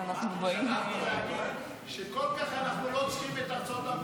אנחנו כל כך לא צריכים את ארצות הברית,